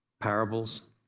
parables